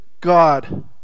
God